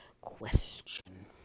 question